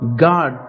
God